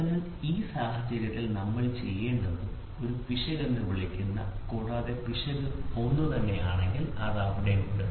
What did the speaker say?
അതിനാൽ ഈ സാഹചര്യത്തിൽ നമ്മൾ ചെയ്യേണ്ടത് ഒരു പിശക് എന്ന് വിളിക്കപ്പെടുന്നു കൂടാതെ പിശക് ഒന്നുതന്നെയാണെങ്കിൽ അത് അവിടെയുണ്ട്